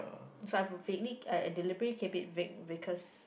so I vaguely uh deliberately keep it vague because